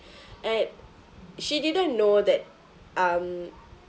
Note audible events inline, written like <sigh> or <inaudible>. <breath> and she didn't know that um